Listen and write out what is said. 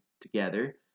together